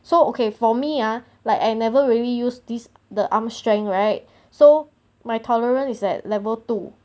so okay for me ah like I never really use this the arm strength right so my tolerance is at level two